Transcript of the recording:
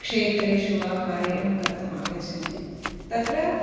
क्षेत्रेषु वा कार्यं कर्तुम् आगच्छन्ति तत्र